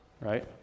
right